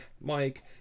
mike